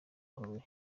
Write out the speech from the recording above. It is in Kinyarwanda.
huye